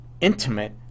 intimate